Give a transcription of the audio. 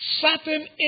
certain